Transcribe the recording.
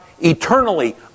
eternally